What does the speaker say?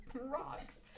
rocks